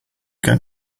going